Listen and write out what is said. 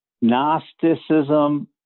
Gnosticism